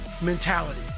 mentality